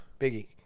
biggie